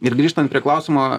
ir grįžtant prie klausimo